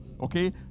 Okay